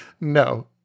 no